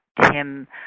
Tim